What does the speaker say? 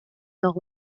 nord